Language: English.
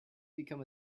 become